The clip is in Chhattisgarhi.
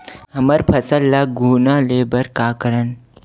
हमर फसल ल घुना ले बर का करन?